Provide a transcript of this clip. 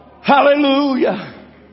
Hallelujah